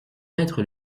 être